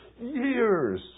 years